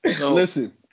Listen